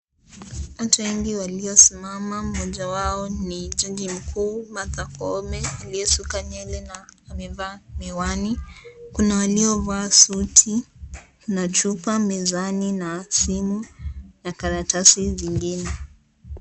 Watu wengi waliosimama. Mmoja wao ni jaji mkuu, Martha Koome, aliyesuka nywele na amevaa miwani. Kuna waliovaa suti na chupa mezani na simu na karatasi zingine.